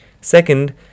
Second